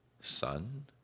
son